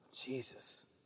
Jesus